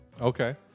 Okay